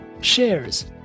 shares